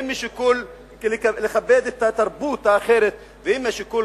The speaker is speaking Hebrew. אם משיקול לכבד את התרבות האחרת ואם משיקול